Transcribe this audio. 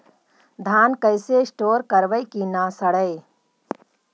धान कैसे स्टोर करवई कि न सड़ै?